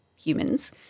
humans